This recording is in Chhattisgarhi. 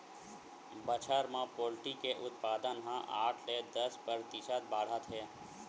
बछर म पोल्टी के उत्पादन ह आठ ले दस परतिसत बाड़हत हे